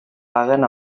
paguen